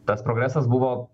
tas progresas buvo